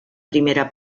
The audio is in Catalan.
primera